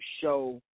Show